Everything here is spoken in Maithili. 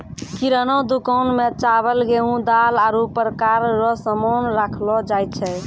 किराना दुकान मे चावल, गेहू, दाल, आरु प्रकार रो सामान राखलो जाय छै